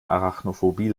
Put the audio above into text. arachnophobie